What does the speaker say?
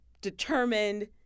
determined